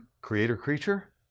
creator-creature